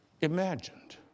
imagined